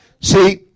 See